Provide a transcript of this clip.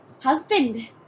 Husband